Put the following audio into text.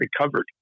recovered